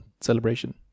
Celebration